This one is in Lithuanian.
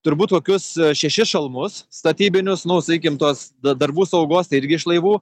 turbūt kokius šešis šalmus statybinius nors įgimtos darbų saugos irgi iš laivų